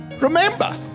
remember